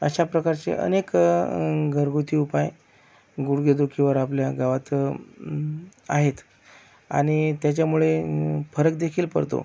अश्याप्रकारचे अनेक घरगुती उपाय गुडघेदुखीवर आपल्या गावात आहेत आणि त्याच्यामुळे फरक देखील पडतो